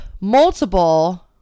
multiple